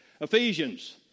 Ephesians